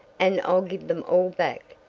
and i'll give them all back,